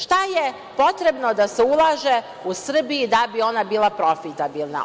Šta je potrebno da se ulaže u Srbiji da bi ona bila profitabilna?